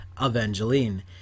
Evangeline